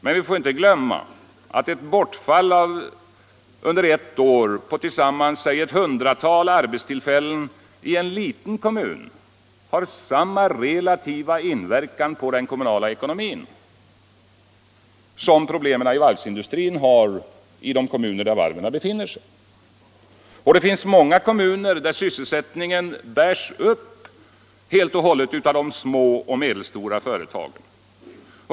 Men vi får inte glömma att ett bortfall under ett år på tillsammans ett hundratal arbetstillfällen i en liten kommun har samma relativa inverkan på den kommunala ekonomin som problemen i varvsindustrin har i de kommuner där varven befinner sig. Och det finns många kommuner där sysselsättningen bärs upp helt och hållet av små och medelstora företag.